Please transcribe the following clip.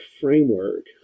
framework